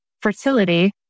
fertility